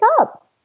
up